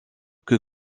que